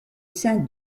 sein